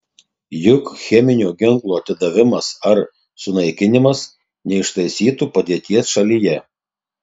juk cheminio ginklo atidavimas ar sunaikinimas neištaisytų padėties šalyje